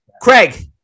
Craig